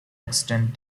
extant